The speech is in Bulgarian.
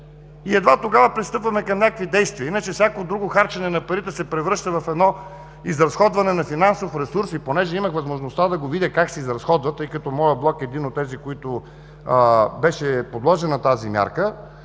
и едва тогава пристъпваме към някакви действия. Иначе всякакво друго харчене на парите се превръща в едно изразходване на финансов ресурс. Понеже имах възможността да го видя как се изразходва, тъй като моят блок е един от тези, които беше подложен на тази мярка,